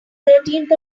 thirteenth